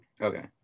Okay